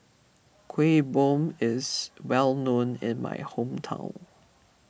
Kuih Bom is well known in my hometown